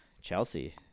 Chelsea